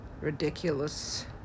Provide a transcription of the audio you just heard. ridiculous